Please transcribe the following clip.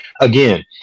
again